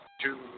two